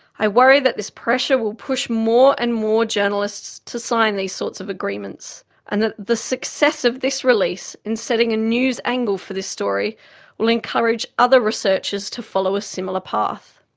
i worry that this pressure will push more and more journalists to sign these sorts of agreements and that the success of this release in setting a news angle for this story will encourage other researchers to follow a similar path.